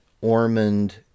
Ormond